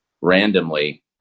randomly